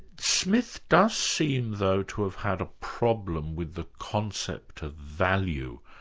smith does seem though to have had a problem with the concept of value.